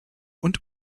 und